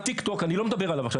אני לא מדבר עכשיו על ״שר הטיק טוק״,